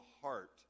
heart